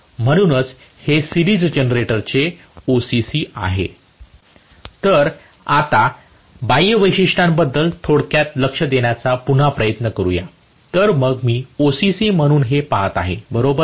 म्हणूनच हे series generator चे OCC आहे तर आता बाह्य वैशिष्ट्यांबद्दल थोडक्यात लक्ष देण्याचा पुन्हा प्रयत्न करूया तर मग मी OCC म्हणून हे पाहत आहे बरोबर